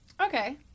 Okay